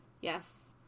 yes